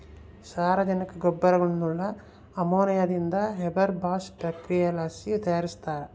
ಸಾರಜನಕ ಗೊಬ್ಬರಗುಳ್ನ ಅಮೋನಿಯಾದಿಂದ ಹೇಬರ್ ಬಾಷ್ ಪ್ರಕ್ರಿಯೆಲಾಸಿ ತಯಾರಿಸ್ತಾರ